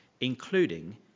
including